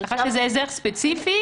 כך שזה הסדר ספציפי.